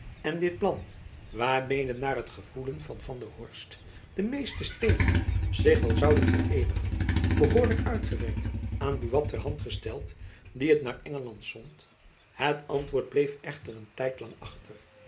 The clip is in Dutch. en dit plan waarmede naar het gevoelen van van der horst de meeste steden zich wel zouden vereenigen behoorlijk uitgewerkt aan buat ter hand gesteld die het naar engeland zond het antwoord bleef echter een tijd lang achter